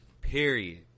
Period